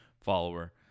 follower